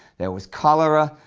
there was cholera,